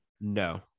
No